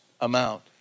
amount